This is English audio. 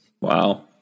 Wow